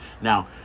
now